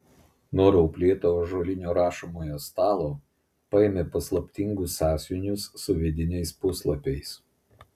nuo rauplėto ąžuolinio rašomojo stalo paėmė paslaptingus sąsiuvinius su vidiniais puslapiais